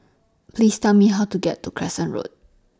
Please Tell Me How to get to Crescent Road